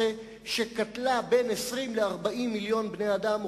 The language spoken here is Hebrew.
שקטלה ב-1918 בין 20 ל-40 מיליון בני-אדם,